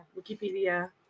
Wikipedia